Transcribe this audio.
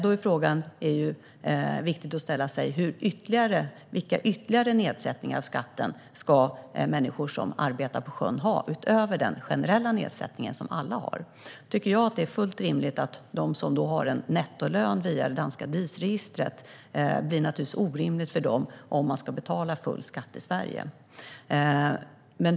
Då är det viktigt att ställa sig frågan vilka ytterligare nedsättningar av skatten människor som arbetar på sjön ska ha utöver den generella nedsättningen som alla har. Det blir naturligtvis orimligt om de som har en nettolön via det danska DIS-registret ska betala full skatt i Sverige.